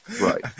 Right